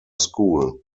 school